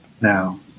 Now